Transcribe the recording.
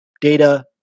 data